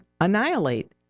annihilate